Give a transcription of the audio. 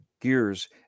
Gears